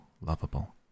lovable